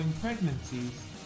pregnancies